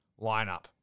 lineup